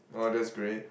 oh that's great